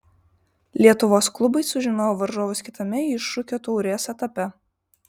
lietuvos klubai sužinojo varžovus kitame iššūkio taurės etape